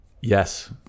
Yes